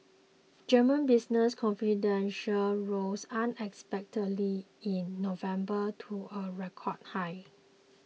German business confidence rose unexpectedly in November to a record high